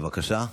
בבקשה.